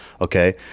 Okay